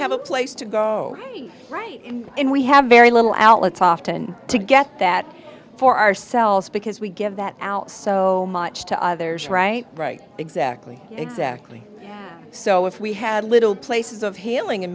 have a place to go right and we have very little outlets often to get that for ourselves because we give that out so much to others right right exactly exactly so if we had little places of healing and